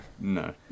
No